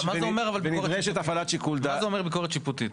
שיפוטית ונדרשת הפעלת שיקול דעת --- אבל מה זה אומר ביקורת שיפוטית?